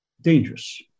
dangerous